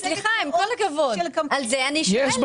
סליחה, עם כל הכבוד, על זה אני שואלת.